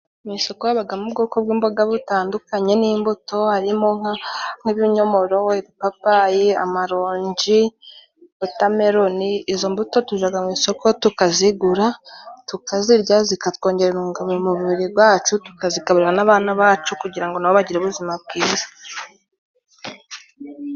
Mu isuko hababagamo ubwoko bw'imboga butandukanye n'imbuto harimo nka nk'ibinyomoro, ibipapayi, amaronji, wotameloni,... izo mbuto tujaga mu isoko tukazigura tukazirya zikatwongere intungamubiri mu mubiri gwacu tukazigabira n'abana bacu kugira ngo na bo bagire ubuzima bwiza.